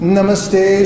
Namaste